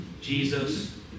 Jesus